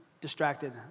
distracted